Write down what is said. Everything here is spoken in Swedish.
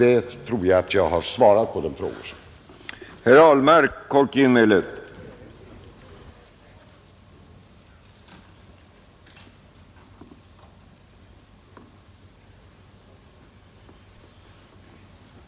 Jag tror att jag med det anförda har svarat på de frågor som ställts.